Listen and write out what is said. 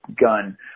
gun